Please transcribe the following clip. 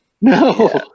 No